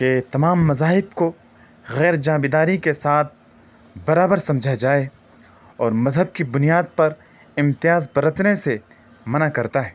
کہ تمام مذاہب کو غیر جانبداری کے ساتھ برابر سمجھا جائے اور مذہب کی بنیاد پر امتیاز برتنے سے منع کرتا ہے